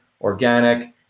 organic